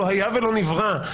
לא היה ולא נברא,